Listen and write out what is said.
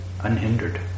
unhindered